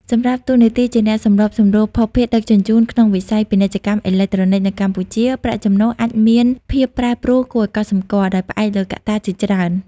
សម្រាប់តួនាទីជាអ្នកសម្របសម្រួលភស្តុភារដឹកជញ្ជូនក្នុងវិស័យ ពាណិជ្ជកម្មអេឡិចត្រូនិក នៅកម្ពុជា ប្រាក់ចំណូលអាចមានភាពប្រែប្រួលគួរឱ្យកត់សម្គាល់ ដោយផ្អែកលើកត្តាជាច្រើន។